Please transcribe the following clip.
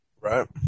Right